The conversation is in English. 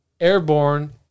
Airborne